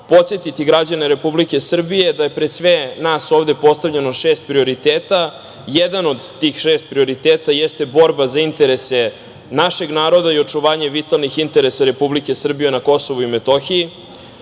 podsetiti građane Republike Srbije, da je pred sve nas ovde postavljeno šest prioriteta. Jedan od šest prioriteta jeste borba za interese našeg naroda i očuvanje vitalnih interesa Republike Srbije i KiM.Podsetimo